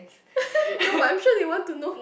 no but I'm sure you want to know